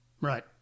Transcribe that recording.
Right